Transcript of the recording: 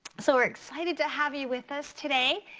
so we're excited to have you with us today.